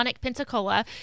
pensacola